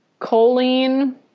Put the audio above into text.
choline